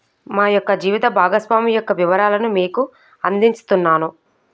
మా యొక్క జీవిత భాగస్వామి యొక్క వివరాలను మీకు అందిస్తున్నాను